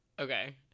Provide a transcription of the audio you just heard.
Okay